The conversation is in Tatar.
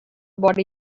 бар